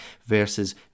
versus